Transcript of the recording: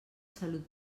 salut